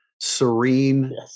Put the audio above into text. serene